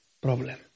problem